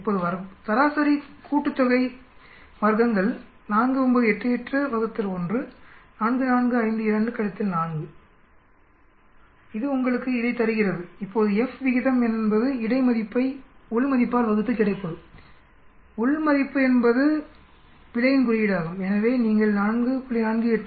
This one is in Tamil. இப்போது வர்க்கங்களின் சராசரி கூட்டுத்தொகை 4 9 8 8 1 4 4 5 2 4 இது உங்களுக்கு இதைத் தருகிறது இப்போது F விகிதம் என்பது இடை மதிப்பை உள் மதிப்பால் வகுத்து கிடைப்பது உள் மதிப்பு என்பது பிழையின் குறியீடாகும் எனவே இது 4